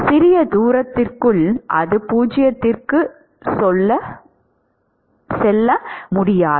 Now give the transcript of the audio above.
சிறிய தூரத்திற்குள் அது 0 க்கு செல்ல முடியாது